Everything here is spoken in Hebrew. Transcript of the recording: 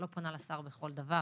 אני לא פונה לשר בכל דבר,